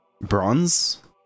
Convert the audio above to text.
bronze